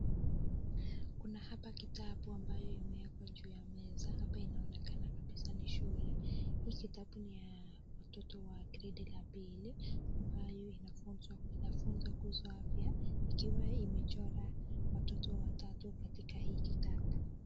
Kuna hapa kitabu ambayo imewekwa juu ya meza, hapa inaonekana kabisa ni shule. Hii ni kitabu ni ya watoto wa gredi ya pili ambayo inafunza kuhusu afya, ikiwa imechora watoto watatu katika hii kitabu.